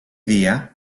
dia